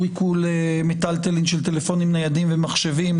עיקול מיטלטלין של טלפונים ניידים ומחשבים,